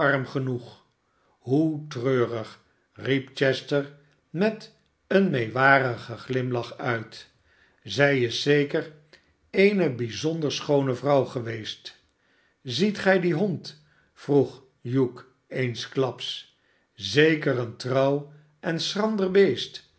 arm genoeg hoe treurig riep chester met een meewarigen glimlach uit zij is zeker eene bijzonder schoone vrouw geweest ziet gij dien hond vroeg hugh eensklaps zeker een trouw en schrander beest